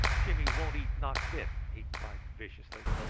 jimmy won't eat not bit! he cried viciously.